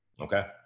Okay